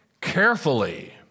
carefully